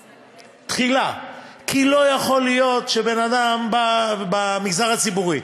תחילה, כי לא יכול להיות שבן-אדם במגזר הציבורי,